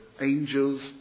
angels